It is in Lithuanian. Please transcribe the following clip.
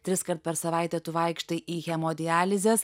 triskart per savaitę tu vaikštai į hemodializes